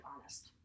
honest